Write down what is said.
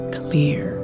clear